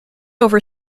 over